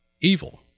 evil